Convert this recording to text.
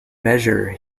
measure